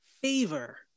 Favor